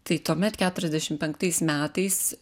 tai tuomet keturiasdešim penktais metais